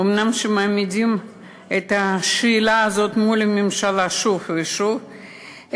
אומנם מעמידים את השאלה הזאת מול הממשלה שוב ושוב.